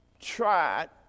tried